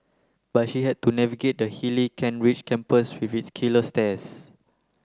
but he had to navigate the hilly Kent Ridge campus with its killer stairs